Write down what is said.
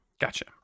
gotcha